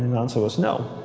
so us no